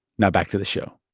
now back to the show